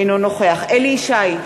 אינו נוכח אליהו ישי,